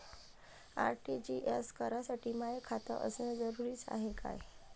RTGS करासाठी माय खात असनं जरुरीच हाय का?